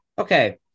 Okay